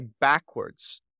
backwards